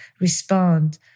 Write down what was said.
respond